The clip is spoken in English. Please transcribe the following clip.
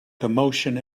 commotion